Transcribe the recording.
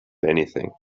anything